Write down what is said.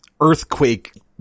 earthquake